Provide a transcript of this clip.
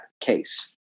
case